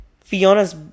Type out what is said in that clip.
Fiona's